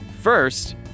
First